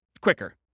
quicker